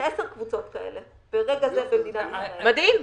עשר קבוצות כאלה ברגע זה במדינת ישראל.